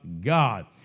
God